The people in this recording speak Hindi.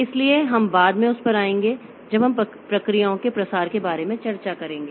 इसलिए हम बाद में उस पर आएंगे जब हम प्रक्रियाओं के प्रसार के बारे में चर्चा करेंगे